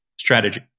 strategy